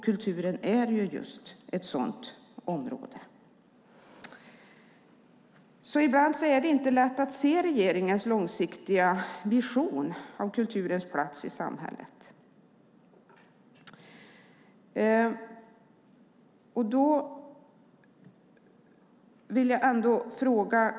Kulturen är just ett sådant område. Ibland är det inte lätt att se regeringens långsiktiga vision av kulturens plats i samhället.